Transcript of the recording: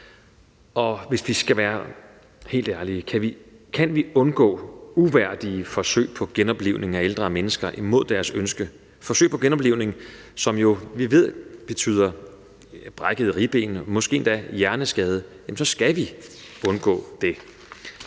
Hvis vi skal være helt ærlige: Kan vi undgå uværdige forsøg på genoplivning af ældre mennesker imod deres ønske – forsøg på genoplivning, som vi jo ved betyder brækkede ribben og måske endda hjerneskade – skal vi undgå det.